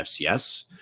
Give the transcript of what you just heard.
FCS